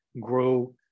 grow